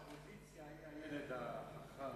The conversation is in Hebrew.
האופוזיציה היא הילד החכם,